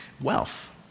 wealth